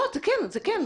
זה כן.